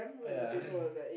yeah